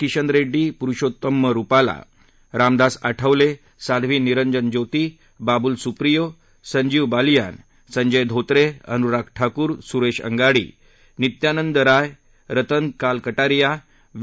Kishan Reddy Purushottam Rupala Ramdas Athawale Sadhvi Niranjan Jyoti Babul Supriyo Sanjeev Balyan Sanjay Dhotre Anurag Thakur Suresh Angadi Nityanand Rai Ratan Lal Kataria we